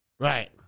Right